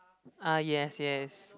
ah yes yes